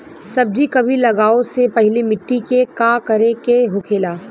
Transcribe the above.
सब्जी कभी लगाओ से पहले मिट्टी के का करे के होखे ला?